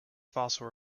fossil